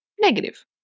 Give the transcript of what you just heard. negative